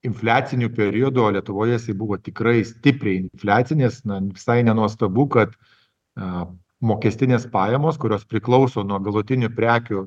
infliaciniu periodu o lietuvoje buvo tikrai stipriai infliacinis na visai nenuostabu kad a mokestinės pajamos kurios priklauso nuo galutinių prekių